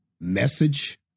message